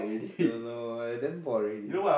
don't know I then bought already